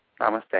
Namaste